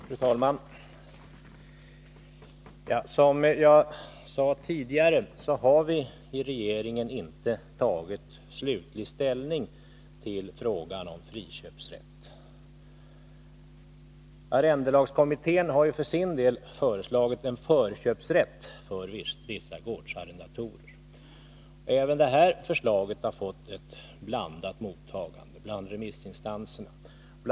Fru talman! Som jag sade tidigare har vi i regeringen inte tagit slutlig ställning till frågan om friköpsrätt. Arrendelagskommittén har för sin del föreslagit en förköpsrätt för vissa gårdsarrendatorer. Även detta förslag har fått ett blandat mottagande av remissinstanserna. Bl.